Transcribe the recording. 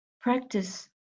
practice